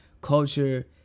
Culture